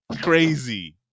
crazy